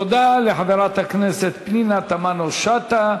תודה לחברת הכנסת פנינה תמנו-שטה.